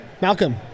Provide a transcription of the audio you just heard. Malcolm